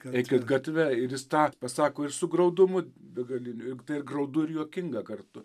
eikit gatve ir jis tą pasako ir su graudumu begaliniu ir graudu ir juokinga kartu